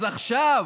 אז עכשיו,